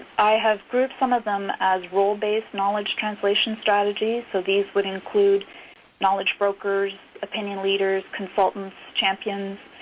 i have grouped some of them as role-based knowledge translation strategies. so these would include knowledge brokers, opinion leaders, consultants, champions,